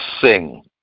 sing